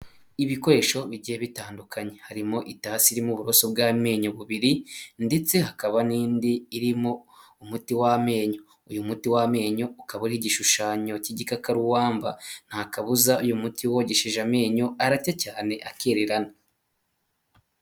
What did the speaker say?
Ibikoresho bigiye bitandukanye harimo itasi irimo uburoso bw'amenyo bubiri ndetse hakaba n'indi irimo umuti w'amenyo, uyu muti w'amenyo ukaba uriho igishushanyo cy'igikakarubamba nta kabuza uyu muti wogeshe amenyo aracya cyane akererana.